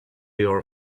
your